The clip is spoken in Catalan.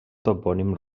topònim